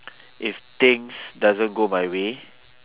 if things doesn't go my way